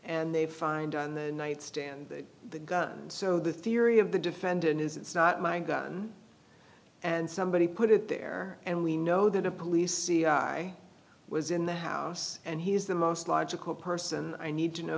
and they find on the nightstand the gun so the theory of the defendant is it's not my gun and somebody put it there and we know that a police was in the house and he is the most logical person i need to know